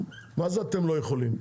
מה זה "אתם לא יכולים"?